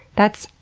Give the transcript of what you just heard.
that's,